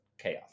chaos